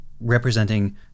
representing